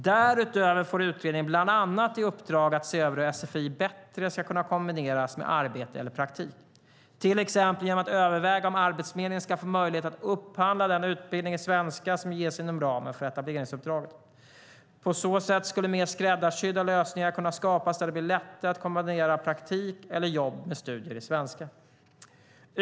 Därutöver får utredningen bland annat i uppdrag att se över hur sfi bättre ska kunna kombineras med arbete eller praktik, till exempel genom att överväga om Arbetsförmedlingen ska få möjlighet att upphandla den utbildning i svenska som ges inom ramen för etableringsuppdraget. På så sätt skulle mer skräddarsydda lösningar kunna skapas där det blir lättare att kombinera praktik eller jobb med studier i svenska.